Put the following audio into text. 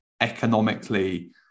economically